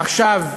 עכשיו,